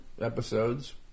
episodes